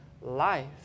life